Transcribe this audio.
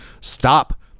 stop